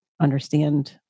understand